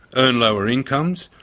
earn lower incomes,